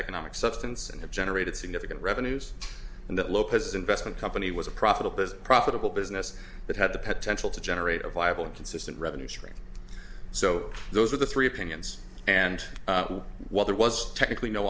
economic substance and have generated significant revenues and that lopez investment company was a profitable business profitable business that had the potential to generate a viable and consistent revenue stream so those are the three opinions and while there was technically no